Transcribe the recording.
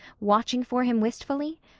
watching for him wistfully?